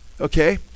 Okay